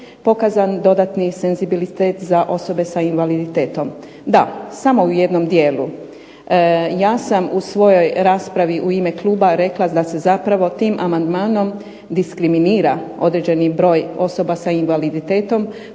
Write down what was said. pokazan dodatni senzibilitet za osobe sa invaliditetom. Da, samo u jednom dijelu. Ja sam u svojoj raspravi u ime kluba rekla da se zapravo tim amandmanom diskriminira određeni broj osoba sa invaliditetom